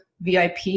VIP